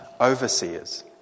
overseers